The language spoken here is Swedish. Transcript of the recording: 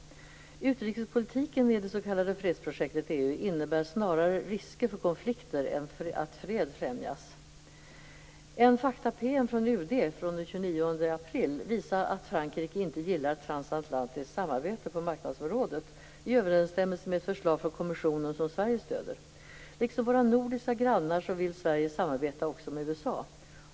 Utrikespolitiken i det s.k. fredsprojektet EU innebär snarare risker för konflikter än att fred främjas. En fakta-PM från UD från den 29 april visar att Frankrike inte gillar transatlantiskt samarbete på marknadsområdet i överensstämmelse med ett förslag från kommissionen som Sverige stöder. Liksom våra nordiska grannar vill Sverige samarbeta också med USA.